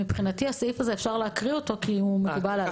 מבחינתי את הסעיף הזה אפשר להקריא כי הוא מקובל עלי.